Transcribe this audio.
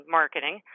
marketing